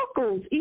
circles